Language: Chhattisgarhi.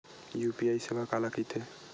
यू.पी.आई सेवा काला कइथे?